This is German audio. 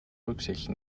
rücksicht